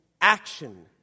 action